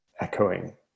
echoing